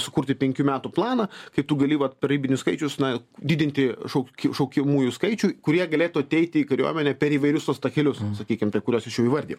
sukurti penkių metų planą kai tu gali vat ribinius skaičius na didinti šaukia šaukiamųjų skaičiui kurie galėtų ateiti į kariuomenę per įvairius tuos takelius sakykim taip kuriuos aš jau įvardijau